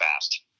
fast